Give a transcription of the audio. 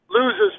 Loses